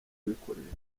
kuyikoresha